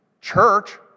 church